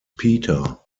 peter